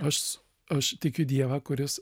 aš aš tikiu dievą kuris